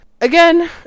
Again